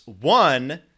One